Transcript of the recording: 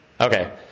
Okay